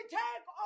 take